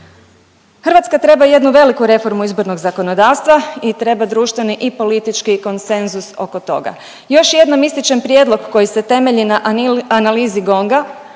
Hrvatska treba jednu veliku reformu izbornog zakonodavstva i treba društveni i politički konsenzus oko toga. Još jednom ističem prijedlog koji se temelji na analizi GONG-a,